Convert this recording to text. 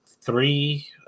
three